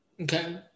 Okay